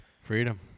Freedom